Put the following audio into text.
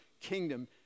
kingdom